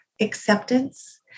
acceptance